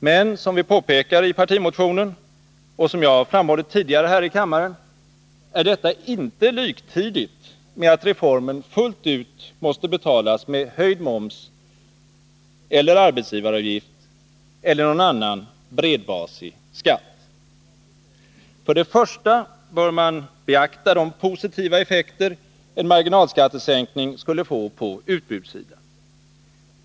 Men som vi påpekar i partimotionen — och som jag framhållit tidigare här i kammaren — är detta inte liktydigt med att reformen fullt ut måste betalas med höjd moms eller arbetsgivaravgift eller någon annan bredbasig skatt. För det första bör man beakta de positiva effekter en marginalskattesänkning skulle få på utbudssidan.